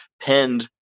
pinned